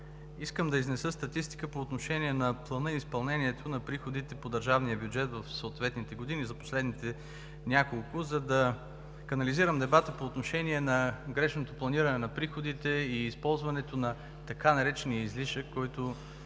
искам да изнеса статистика по отношение на плана и изпълнението на приходите по държавния бюджет в съответните години за последните няколко, за да канализирам дебата по отношение на грешното планиране на приходите и използването на така наречения излишък,